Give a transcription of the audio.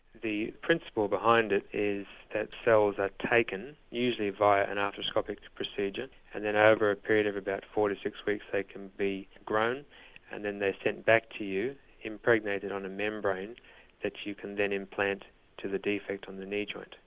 the principle behind it is that cells are taken, usually via an arthroscopic procedure and then over a period of about four to six weeks they can be grown and then they're sent back to you impregnated on a membrane that you can then implant to the defect on the knee joint.